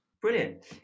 Brilliant